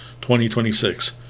2026